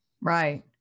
Right